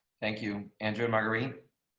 thank you, andrew marguerite